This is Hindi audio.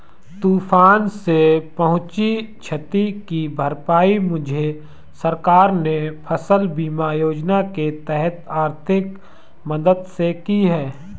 तूफान से पहुंची क्षति की भरपाई मुझे सरकार ने फसल बीमा योजना के तहत आर्थिक मदद से की है